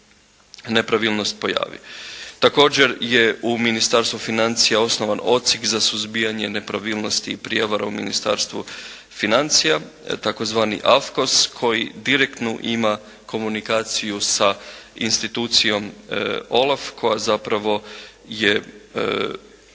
nepravilnost pojavi. Također je u Ministarstvu financija osnovan odsjek za suzbijanje nepravilnosti i prijevara u Ministarstvu financija, tzv. AFKOS koji direktno ima komunikaciju sa institucijom OLAF koja zapravo je